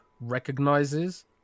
recognizes